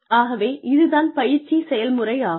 ஆகவே இது தான் பயிற்சி செயல்முறை ஆகும்